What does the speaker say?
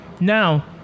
Now